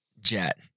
Jet